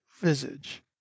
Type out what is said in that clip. visage